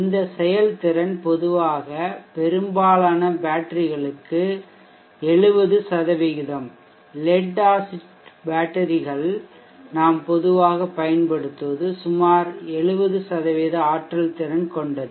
இந்த செயல்திறன் பொதுவாக பெரும்பாலான பேட்டரிகளுக்கு 70 லெட் ஆசிட்பேட்டரிகள் நாம் பொதுவாகப் பயன்படுத்துவது சுமார் 70 ஆற்றல் திறன் கொண்டது